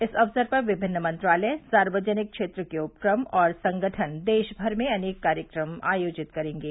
इस अवसर पर विभिन्न मंत्रालय सार्वजनिक क्षेत्र के उपक्रम और संगठन देशमर में अनेक कार्यक्रम आयोजित करेंगे